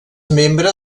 membre